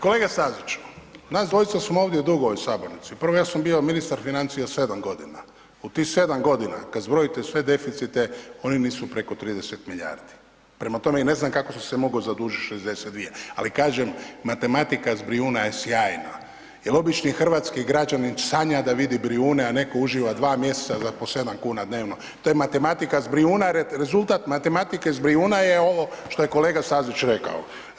Kolega Stazić, nas dvojica smo ovdje dugo u ovoj sabornici, prvo ja sam bio ministar financija 7.g., u tih 7.g. kad zbrojite sve deficite, oni nisu preko 30 milijardi, prema tome i ne znam kako sam se mogao zadužit 62, ali kažem matematika s Brijuna je sjajna jel obični hrvatski građanin sanja da vidi Brijune, a netko uživa 2. mjeseca za po 7,00 kn dnevno, to je matematika s Brijuna, rezultat matematike s Brijuna je ovo što je kolega Stazić rekao.